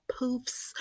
poofs